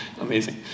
Amazing